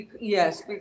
Yes